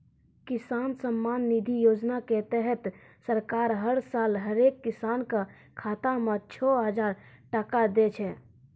किसान सम्मान निधि योजना के तहत सरकार हर साल हरेक किसान कॅ खाता मॅ छो हजार टका दै छै